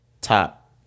top